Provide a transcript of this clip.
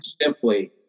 simply